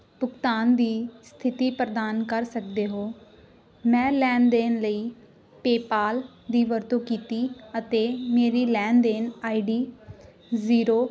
ਭੁਗਤਾਨ ਦੀ ਸਥਿਤੀ ਪ੍ਰਦਾਨ ਕਰ ਸਕਦੇ ਹੋ ਮੈਂ ਲੈਣ ਦੇਣ ਲਈ ਪੇਪਾਲ ਦੀ ਵਰਤੋਂ ਕੀਤੀ ਅਤੇ ਮੇਰੀ ਲੈਣ ਦੇਣ ਆਈਡੀ ਜ਼ੀਰੋ